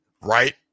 Right